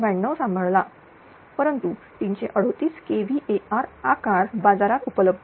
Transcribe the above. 92 सांभाळला परंतु 338 kVAr आकार बाजारात उपलब्ध नाही